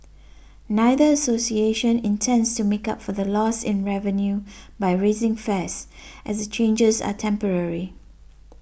neither association intends to make up for the loss in revenue by raising fares as the changes are temporary